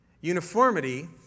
Uniformity